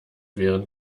wären